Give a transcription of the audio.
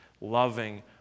loving